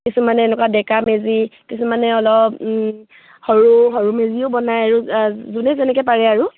কিছুমানে এনেকুৱা ডেকা মেজি কিছুমানে অলপ সৰু সৰু মেজিও বনায় আৰু যোনে যেনেকৈ পাৰে আৰু